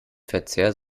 verzehr